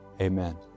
amen